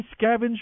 scavenge